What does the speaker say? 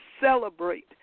celebrate